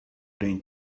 rain